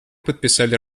подписали